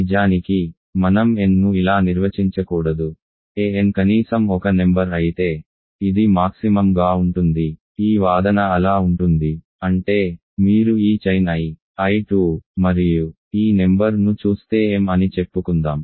నిజానికి మనం n ను ఇలా నిర్వచించకూడదు an కనీసం ఒక నెంబర్ అయితే ఇది మాక్సిమం గా ఉంటుంది ఈ వాదన అలా ఉంటుంది అంటే మీరు ఈ చైన్ I I2 మరియు ఈ నెంబర్ ను చూస్తే m అని చెప్పుకుందాం